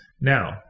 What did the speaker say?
Now